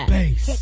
Bass